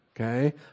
Okay